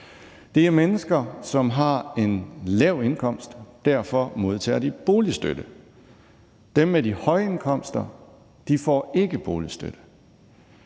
Det er mennesker, som har en lav indkomst, og derfor modtager de boligstøtte. Dem med de høje indkomster får ikke boligstøtte.